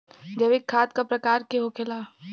जैविक खाद का प्रकार के होखे ला?